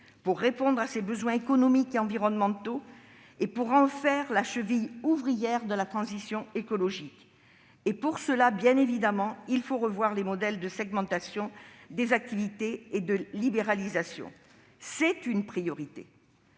pour répondre à ces besoins économiques et environnementaux et pour en faire la cheville ouvrière de la transition écologique. Pour cela, il faut bien évidemment revoir les modèles de segmentation des activités et de libéralisation. C'est une priorité.